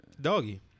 Doggy